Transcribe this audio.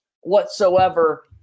whatsoever